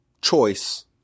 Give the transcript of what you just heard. choice